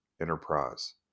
enterprise